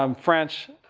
um french,